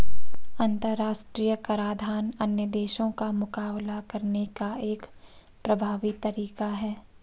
अंतर्राष्ट्रीय कराधान अन्य देशों का मुकाबला करने का एक प्रभावी तरीका है